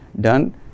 done